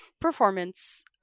performance